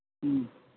ம்